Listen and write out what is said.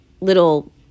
little